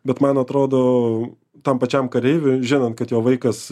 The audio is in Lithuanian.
bet man atrodo tam pačiam kareiviui žinant kad jo vaikas